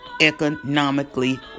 economically